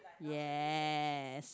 yes